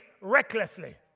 recklessly